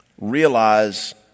realize